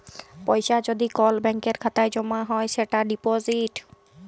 পয়সা যদি কল ব্যাংকের খাতায় জ্যমা দেয় সেটা ডিপজিট